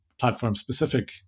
platform-specific